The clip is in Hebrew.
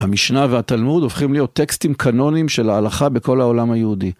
המשנה והתלמוד הופכים להיות טקסטים קאנונים של ההלכה בכל העולם היהודי.